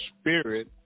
spirit